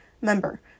member